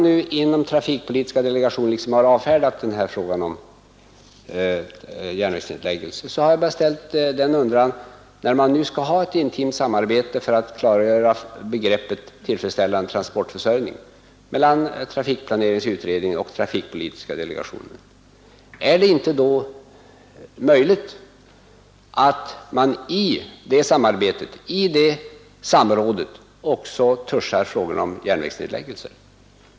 Jo, trafikpolitiska delegationen har avfärdat frågan om järnvägsnedläggelse. När man nu skall ha ett intimt samarbete mellan trafikplaneringens utredning och trafikpolitiska delegationen för att klargöra begreppet ”tillfredsställande transportförsörjning”, undrar jag om det inte är möjligt att man i det samrådet också touchar frågan om järn vägsnedläggelser.